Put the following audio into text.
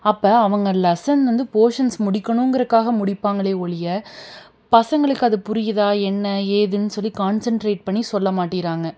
அப்போ அவங்க லெஸன் வந்து போர்ஷன்ஸ் முடிக்கணுங்கிறதுக்காக முடிப்பாங்களே ஒழியே பசங்களுக்கு அது புரியுதா என்ன ஏதுன்னு சொல்லி கான்ஸன்ரேட் பண்ணி சொல்ல மாட்டேங்கிறாங்க